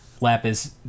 Lapis